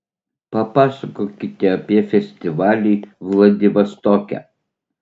papasakokite apie festivalį vladivostoke